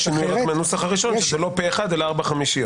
יש שינוי מהנוסח הראשון שזה לא פה אחד אלא ארבע חמישיות.